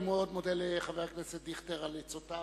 אני מאוד מודה לחבר הכנסת דיכטר על עצותיו,